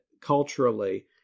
culturally